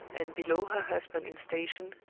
and below her husband in station,